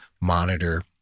monitor